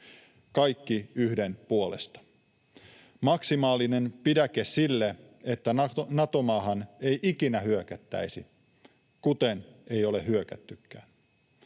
kaikki yhden puolesta. Maksimaalinen pidäke sille, että Nato-maahan ei ikinä hyökättäisi, kuten ei ole hyökättykään.